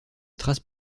traces